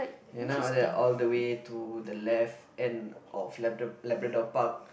you know that all the way to the left and of Lab~ Labrador-Park